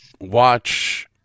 watch